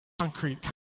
concrete